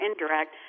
indirect